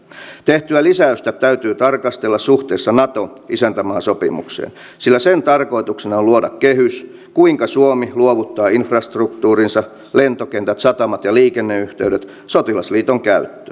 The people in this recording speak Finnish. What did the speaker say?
tehtyä lisäystä täytyy tarkastella suhteessa nato isäntämaasopimukseen sillä sen tarkoituksena on luoda kehys kuinka suomi luovuttaa infrastruktuurinsa lentokenttänsä satamansa ja liikenneyhteytensä sotilasliiton käyttöön